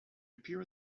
appear